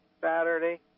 Saturday